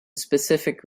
specific